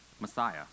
Messiah